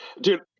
dude